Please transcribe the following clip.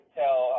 tell